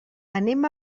anem